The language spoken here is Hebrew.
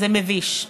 זה מביש.